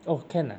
oh can ah